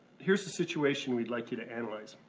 here's the situation we'd like you to analyze.